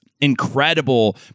incredible